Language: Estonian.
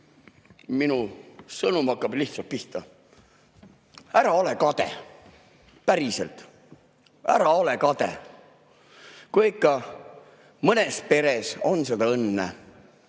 Minu sõnum hakkab lihtsalt pihta: ära ole kade. Päriselt, ära ole kade! Kui ikka mõnes peres on seda õnne,